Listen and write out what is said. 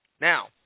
Now